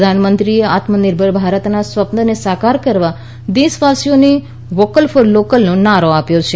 પ્રધાનમંત્રીએ આત્મનિર્ભર ભારતના સ્વપ્નને સાકાર કરવા દેશવાસીઓને વોકલ ફોર લોકલનો નારો આપ્યો છે